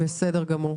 גבי,